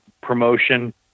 promotion